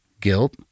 guilt